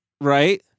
right